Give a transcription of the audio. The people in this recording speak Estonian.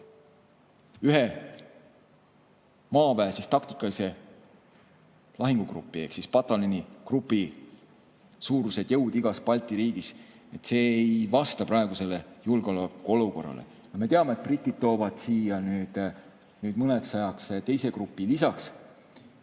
Maaväe ühe taktikalise lahingugrupi ehk pataljonigrupi suurused jõud igas Balti riigis – see ei vasta praegusele julgeolekuolukorrale. Me teame, et britid toovad siia nüüd mõneks ajaks teise grupi lisaks.